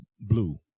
blue